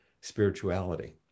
spirituality